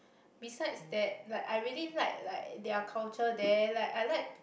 besides that like I really like like their culture there like I like